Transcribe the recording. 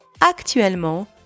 actuellement